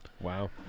Wow